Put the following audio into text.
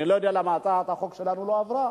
אני לא יודע למה הצעת החוק שלנו לא עברה.